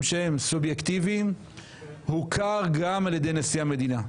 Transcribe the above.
שהם סובייקטיביים הוכר גם על ידי נשיא המדינה,